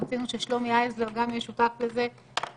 רצינו ששלומי הייזלר גם יהיה שותף לזה,